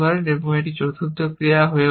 এবং এটি চতুর্থ ক্রিয়া হয়ে ওঠে